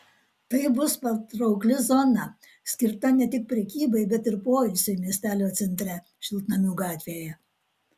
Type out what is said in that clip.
tai bus patraukli zona skirta ne tik prekybai bet ir poilsiui miestelio centre šiltnamių gatvėje